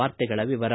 ವಾರ್ತೆಗಳ ವಿವರ